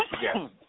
Yes